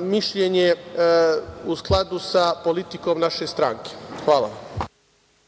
mišljenje u skladu sa politikom naše stranke. Hvala.